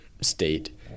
state